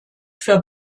für